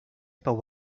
but